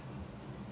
in school